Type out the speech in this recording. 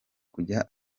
kujya